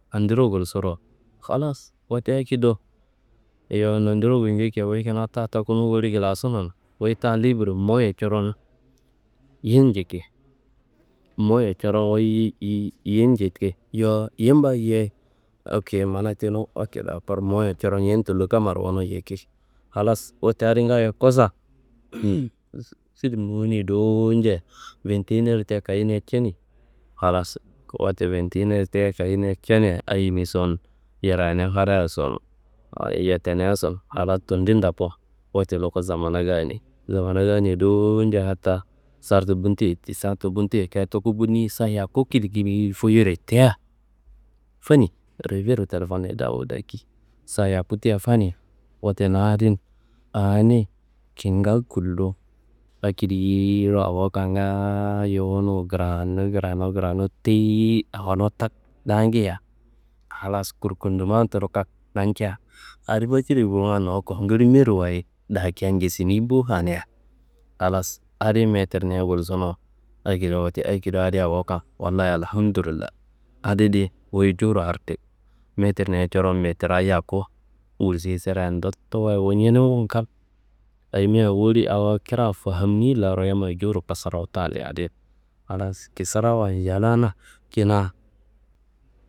Andiro ngulsuru, halas wote akediro yowo nondiro ngulnjarkiwa, wuyi kina ta takunu woli gulasunon. Wuyi ta libir mowoye coron yin njiki mowon coron wuyi yin- yin njiki. Yowo yim ba yeyi okeye mana tenu, okeye dakor mowuye coron yim tullo gonu kammaro yiki. Halas wote adi ngayo kosan filimni wuni dowo ña vinti iner tia kayiyeniya cani. Halas wote vinti iner tia kayiyeniya cania ayeniso n, yirayiniya fadayiso n, awo yeteniaso n halas tendin ndoku luku samana ganei. Samana ganei dowo ña hataa sartu bunteye tia tuku bunni sa yaku kilkil foyiyereye tia fani reveyiro telefonna dawu daki sa yaku tia fani. Wote na adin ani kingal tullo akediyiro awongan ngaayo wunu kranu kranu kranu teyi awoni tak daangia. Halas kurkudoman tudu kak nancia, adi faciri bowonga nowoku ngili mearo wayi dakia ngesni bo ania. Halas adi metirniayi gulsuno akedi wote akedi adi awongan Wallayi Alhamdullulayi adidi wuyi jowuro ardik. Metirniayi coron metirá yaku gulsei serea ndotto wayi wu ñenengun kal. Ayimia woli awo kra faamni larro yammayi jowuro kasarawu tani adin, halas kisarawan ayalana kina.